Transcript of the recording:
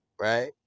right